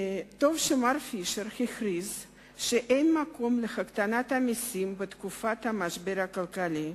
טוב שמר פישר הכריז שאין מקום להפחתת המסים בתקופת המשבר הכלכלי.